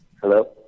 Hello